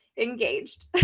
engaged